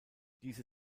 diese